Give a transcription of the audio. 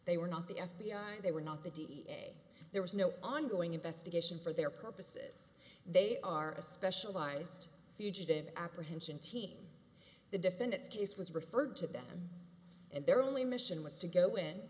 they were not the f b i they were not the d a there was no ongoing investigation for their purposes they are a specialized fugitive apprehension team the defendant's case was referred to them and their only mission was to go in